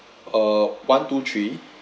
uh one two three